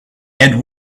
and